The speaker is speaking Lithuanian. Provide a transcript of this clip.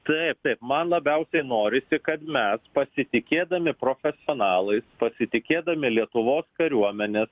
taip taip man labiausiai norisi kad mes pasitikėdami profesionalais pasitikėdami lietuvos kariuomenės